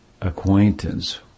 acquaintance